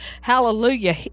hallelujah